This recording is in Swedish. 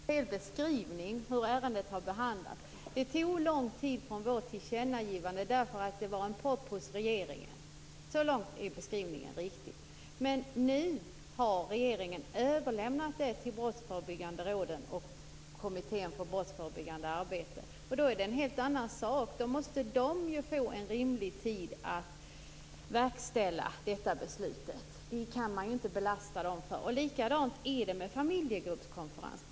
Fru talman! Detta var inte en korrekt beskrivning över hur ärendet har behandlats. Det tog lång tid från riksdagens tillkännagivande därför att det fanns en propp hos regeringen. Så långt är beskrivningen riktig. Men nu har regeringen överlämnat frågan till Brottsförebyggande rådet och Kommittén för brottsförebyggande arbete, och då är det en helt annan sak. Då måste BRÅ och KBA få en rimlig tid att verkställa detta beslut. Det förhåller sig likadant med frågan om familjegruppskonferens.